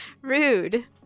Rude